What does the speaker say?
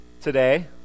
today